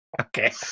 Okay